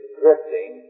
drifting